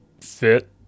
fit –